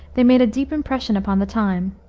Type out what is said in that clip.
they made a deep impression upon the time.